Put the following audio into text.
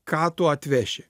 ką tu atveši